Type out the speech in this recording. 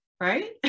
Right